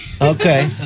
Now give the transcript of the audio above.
Okay